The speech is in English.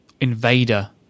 Invader